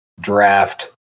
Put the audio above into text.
draft